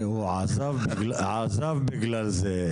הוא עזב בגלל זה.